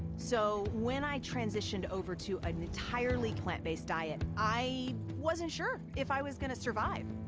so when i transitioned over to an entirely plant-based diet, i wasn't sure if i was gonna survive.